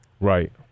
Right